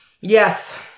Yes